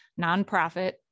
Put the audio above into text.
nonprofit